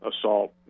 assault